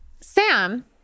Sam